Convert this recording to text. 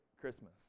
Christmas